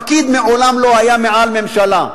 פקיד מעולם לא היה מעל ממשלה,